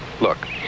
Look